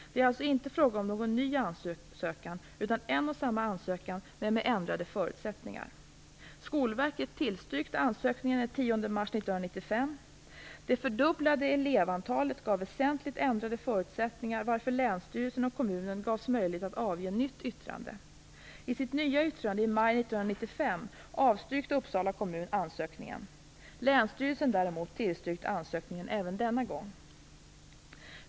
Det är alltså inte fråga om någon ny ansökning utan om en och samma ansökning men med ändrade förutsättningar. Skolverket tillstyrkte ansökningen den 10 mars 1995. Det fördubblade elevantalet gav väsentligt ändrade förutsättningar varför länsstyrelsen och kommunen gavs möjlighet att avge nytt yttrande. I sitt nya yttrande i maj 1995 avstyrkte Uppsala kommun ansökningen. Länsstyrelsen däremot tillstyrkte ansökningen även denna gång.